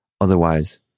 otherwise